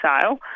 sale